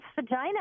vagina